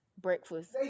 breakfast